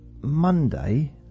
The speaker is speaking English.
Monday